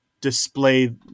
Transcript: display